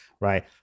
right